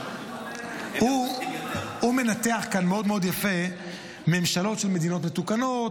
הוא מנתח כאן מאוד מאוד יפה ממשלות של מדינות מתוקנות,